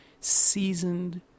seasoned